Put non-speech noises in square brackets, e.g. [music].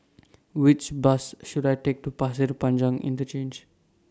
Which Bus should I Take to Pasir Panjang [unintelligible]